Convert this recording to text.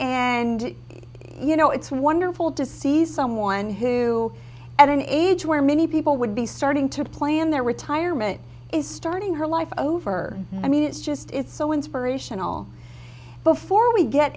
and you know it's wonderful to see someone who at an age where many people would be starting to plan their retirement is starting her life over i mean it's just it's so inspirational before we get